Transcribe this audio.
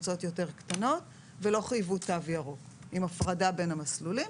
קבוצות יותר קטנות ולא חייבו תו ירוק עם הפרד הבין המסלולים.